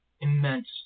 immense